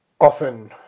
often